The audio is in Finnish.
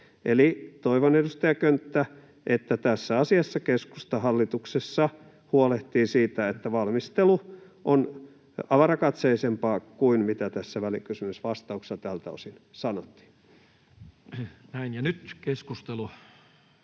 Eli toivon, edustaja Könttä, että tässä asiassa keskusta hallituksessa huolehtii siitä, että valmistelu on avarakatseisempaa kuin mitä tässä välikysymysvastauksessa tältä osin sanottiin.